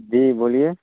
جی بولیے